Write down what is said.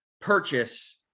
purchase